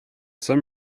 some